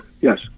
Yes